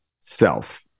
self